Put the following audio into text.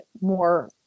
more